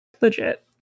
Legit